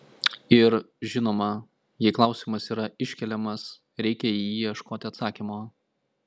ir žinoma jei klausimas yra iškeliamas reikia į jį ieškoti atsakymo